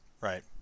Right